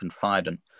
confidant